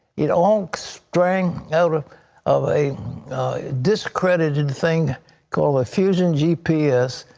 it all sprang out ah of a discredited thing called efusion g p s,